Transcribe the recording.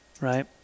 right